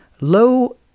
low